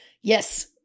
Yes